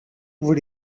would